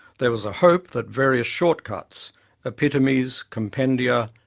there was a hope that various short cuts epitomes, compendia,